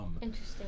Interesting